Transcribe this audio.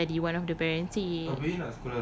tu yang tadi one of the parents say